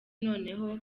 noneho